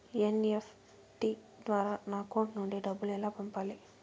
NEFT ద్వారా నా account నుండి డబ్బులు ఎలా పంపాలి